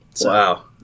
Wow